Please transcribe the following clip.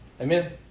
Amen